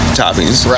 toppings